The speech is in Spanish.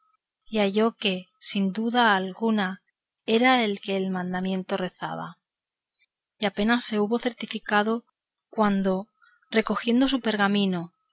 y halló que sin duda alguna era el que el mandamiento rezaba y apenas se hubo certificado cuando recogiendo su pergamino